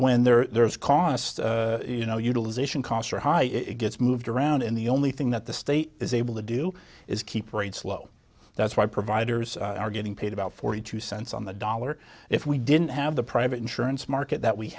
when there's cost you know utilization costs are high it gets moved around in the only thing that the state is able to do is keep rates low that's why providers are getting paid about forty two cents on the dollar if we didn't have the private insurance market that we